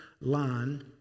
line